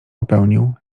popełnił